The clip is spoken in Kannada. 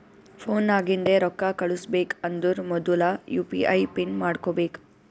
ಫೋನ್ ನಾಗಿಂದೆ ರೊಕ್ಕಾ ಕಳುಸ್ಬೇಕ್ ಅಂದರ್ ಮೊದುಲ ಯು ಪಿ ಐ ಪಿನ್ ಮಾಡ್ಕೋಬೇಕ್